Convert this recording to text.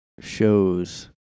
shows